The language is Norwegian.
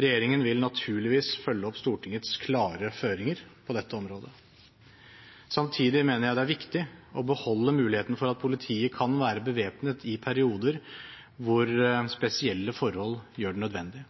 Regjeringen vil naturligvis følge opp Stortingets klare føringer på dette området. Samtidig mener jeg det er viktig å beholde muligheten for at politiet kan være bevæpnet i perioder hvor spesielle forhold gjør det nødvendig.